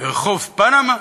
ברחוב פנמה?